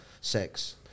sex